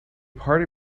part